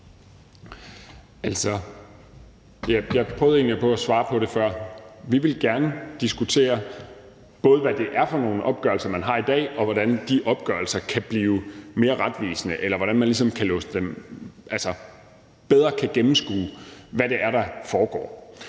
Jeg prøvede egentlig på at svare på det før. Vi vil gerne diskutere, både hvad det er for nogle opgørelser, man har i dag, og hvordan de opgørelser kan blive mere retvisende, eller hvordan man ligesom bedre kan gennemskue, hvad det er, der foregår.